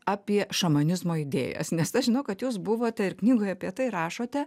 apie šamanizmo idėjas nes aš žinau kad jūs buvote ir knygoje apie tai rašote